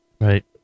Right